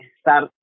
start